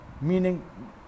meaning